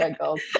goals